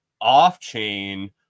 Off-chain